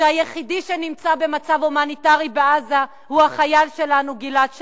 שהיחידי שנמצא בבעיה הומניטרית בעזה הוא החייל שלנו גלעד שליט,